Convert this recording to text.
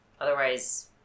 Otherwise